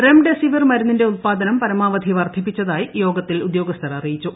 remdesivir മരുന്നിന്റെ ഉത്പാദനം പരമാവധി വർദ്ധിപ്പിച്ചതായി യോഗത്തിൽ ഉദ്യോഗസ്ഫർ അറിയിച്ചു